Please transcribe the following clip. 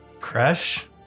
Crash